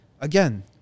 again